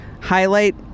highlight